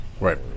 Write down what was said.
Right